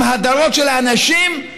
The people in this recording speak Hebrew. עם הדרות של אנשים,